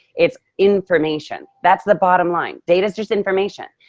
it's information. that's the bottom line. data is just information.